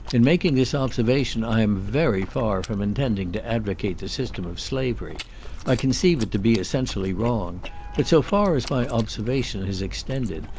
in making this observation i am very far from intending to advocate the system of slavery i conceive it to be essentially wrong but so far as my observation has extended,